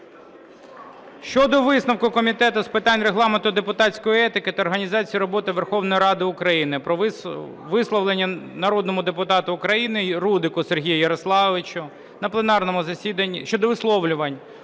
Щодо висновку Комітету з питань Регламенту, депутатської етики та організації роботи Верховної Ради України про висловлення народному депутату України Рудику Сергію Ярославовичу на пленарному засіданні... щодо висловлювань